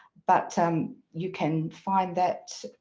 but you can find that.